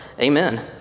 Amen